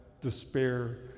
despair